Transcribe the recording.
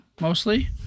mostly